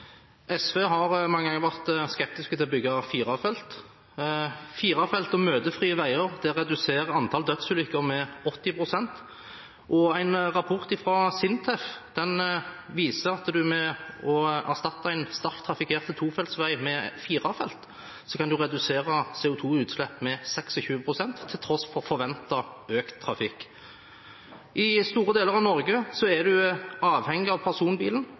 SV har mange ganger vært skeptiske til å bygge firefelts veier. Firefelts og møtefrie veier reduserer antall dødsulykker med 80 pst. En rapport fra SINTEF viser at man ved å erstatte en sterkt trafikkert tofelts vei med en firefelts, kan redusere CO2-utslipp med 26 pst., til tross for forventet økt trafikk. I store deler av Norge er man avhengig av personbilen,